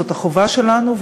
זאת החובה שלנו,